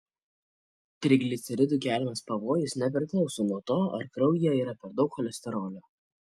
trigliceridų keliamas pavojus nepriklauso nuo to ar kraujyje yra per daug cholesterolio